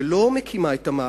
שלא מקימה את המאגר,